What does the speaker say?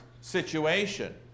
situation